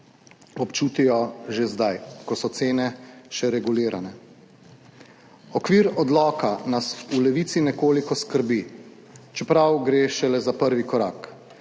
občutijo že zdaj, ko so cene še regulirane. Okvir odloka nas v Levici nekoliko skrbi, čeprav gre šele za prvi korak.